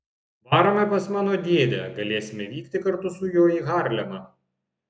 varome pas mano dėdę galėsime vykti kartu su juo į harlemą